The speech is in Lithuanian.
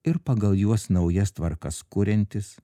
ir pagal juos naujas tvarkas kuriantis